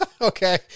Okay